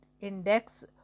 index